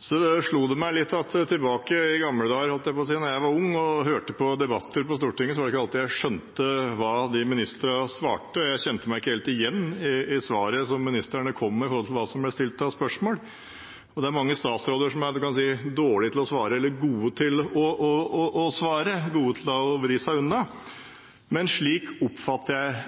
slo det meg at tilbake i gamle dager, holdt jeg på å si, da jeg var ung og hørte på debatter på Stortinget, så skjønte jeg ikke alltid hva ministrene svarte, og jeg kjente meg ikke helt igjen i svaret som ministrene kom med i forhold til det som ble stilt av spørsmål. Og det er mange statsråder som er dårlige til å svare – eller gode til å vri seg unna. Men slik oppfatter jeg